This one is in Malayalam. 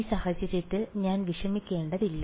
ഈ സാഹചര്യത്തിൽ ഞാൻ വിഷമിക്കേണ്ടതില്ല